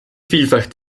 vielfach